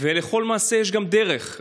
ולכל מעשה יש גם דרך.